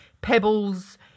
pebbles